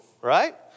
right